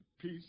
peace